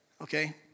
Okay